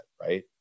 right